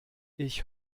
ich